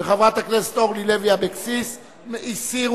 חברת הכנסת אורלי לוי אבקסיס הסירה.